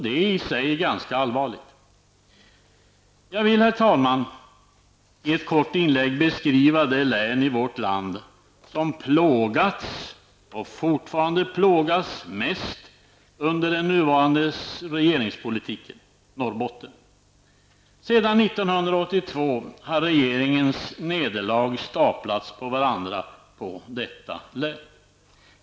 Det är i sig ganska allvarligt. Jag vill, herr talman, i ett kort inlägg beskriva det län i vårt land som plågats och fortfarande plågas mest under den nuvarande regeringspolitiken, Norrbotten. Sedan 1982 har regeringens nederlag staplats på varandra när det gäller detta län.